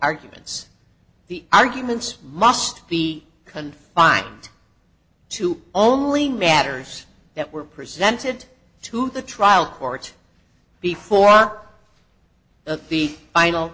arguments the arguments must be confined to only matters that were presented to the trial court before the f